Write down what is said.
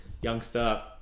Youngster